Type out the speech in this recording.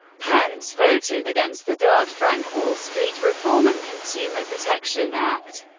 pence voted against the dodd-frank wall street reform and consumer protection act.